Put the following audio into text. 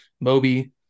Moby